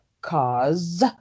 cause